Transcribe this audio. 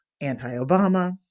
anti-Obama